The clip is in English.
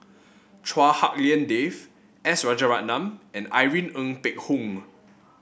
Chua Hak Lien Dave S Rajaratnam and Irene Ng Phek Hoong